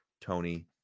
Tony